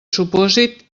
supòsit